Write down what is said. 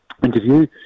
Interview